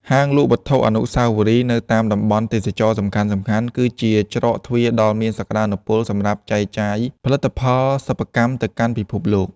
ហាងលក់វត្ថុអនុស្សាវរីយ៍នៅតាមតំបន់ទេសចរណ៍សំខាន់ៗ គឺជាច្រកទ្វារដ៏មានសក្ដានុពលសម្រាប់ចែកចាយផលិតផលសិប្បកម្មទៅកាន់ពិភពលោក។